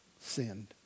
sinned